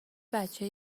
بچه